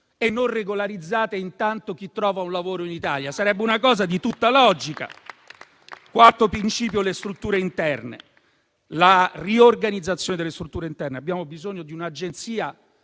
e non regolarizzate intanto chi trova un lavoro in Italia? Sarebbe una cosa di tutta logica. Il quinto principio riguarda la riorganizzazione delle strutture interne. Abbiamo bisogno di un'agenzia